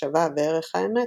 המחשבה וערך האמת